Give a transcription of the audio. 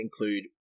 include